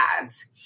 ads